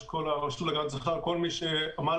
של הרשות להגנת הצרכן ושל כל מי שעמל